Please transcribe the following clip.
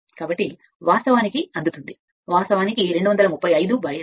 కాబట్టి వాస్తవానికి అందుతుంది వాస్తవానికి 235 ను 250 0